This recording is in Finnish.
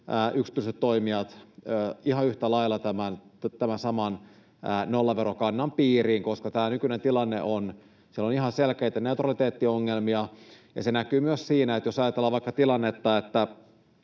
yksityiset toimijat ihan yhtä lailla tämän saman nollaverokannan piiriin, koska tässä nykyisessä tilanteessa siellä on ihan selkeitä neutraliteettiongelmia? Se näkyy myös siinä, jos ajatellaan vaikka tilannetta,